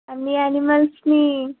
అన్ని యానిమల్స్ని